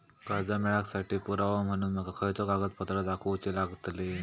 कर्जा मेळाक साठी पुरावो म्हणून माका खयचो कागदपत्र दाखवुची लागतली?